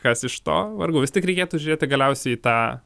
kas iš to vargu vis tik reikėtų žiūrėti galiausiai į tą